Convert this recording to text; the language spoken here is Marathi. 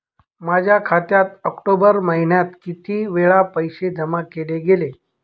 माझ्या खात्यात ऑक्टोबर महिन्यात किती वेळा पैसे जमा केले गेले?